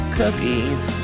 cookies